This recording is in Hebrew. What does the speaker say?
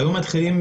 היו מתחילים